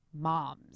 moms